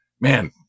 man